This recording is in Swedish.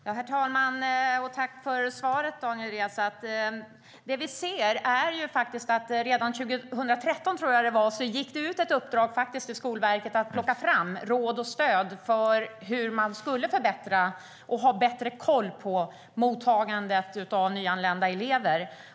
Herr talman! Jag tackar Daniel Riazat för svaret. Redan 2013 fick Skolverket i uppdrag att plocka fram råd och stöd för hur man skulle förbättra och ha bättre koll på mottagandet av nyanlända elever.